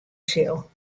sil